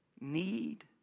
need